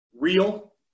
Real